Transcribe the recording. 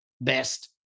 best